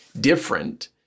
different